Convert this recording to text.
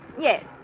yes